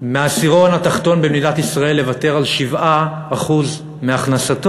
מהעשירון התחתון במדינת ישראל לוותר על 7% מהכנסתו,